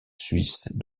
suisse